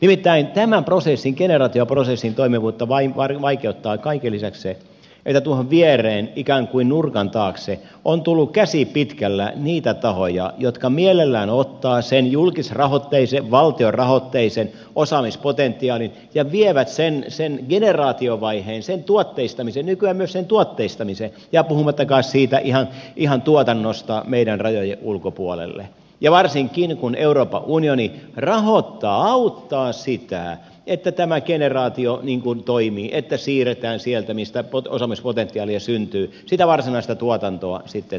nimittäin tämän generaatioprosessin toimivuutta vaikeuttaa kaiken lisäksi se että tuohon viereen ikään kuin nurkan taakse on tullut käsi pitkällä niitä tahoja jotka mielellään ottavat sen julkisrahoitteisen valtiorahoitteisen osaamispotentiaalin ja vievät sen generaatiovaiheen nykyään myös sen tuotteistamisen ja puhumattakaan siitä ihan tuotannosta meidän rajojemme ulkopuolelle ja varsinkin kun euroopan unioni rahoittaa auttaa sitä että tämä generaatio toimii että siirretään sieltä mistä osaamispotentiaalia syntyy sitä varsinaista tuotantoa sitten toisiin maihin